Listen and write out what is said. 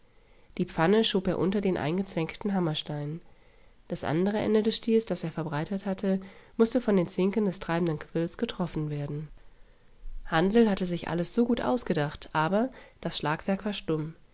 die pfanne schob er unter den eingezwängten hammerstein das andere ende des stiels das er verbreitert hatte mußte von den zinken des treibenden quirls getroffen werden hansl hatte sich alles so gut ausgedacht aber das schlagwerk war stumm